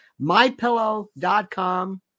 MyPillow.com